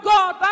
God